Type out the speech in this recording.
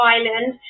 Island